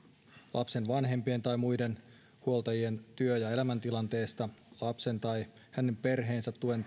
lapsen vanhempien tai muiden huoltajien työ tai elämäntilanteesta lapsen tai hänen perheensä tuen